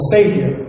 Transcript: Savior